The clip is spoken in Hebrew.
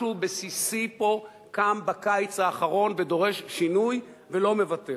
משהו בסיסי פה קם בקיץ האחרון ודורש שינוי ולא מוותר.